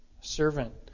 servant